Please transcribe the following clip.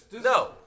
No